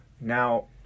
Now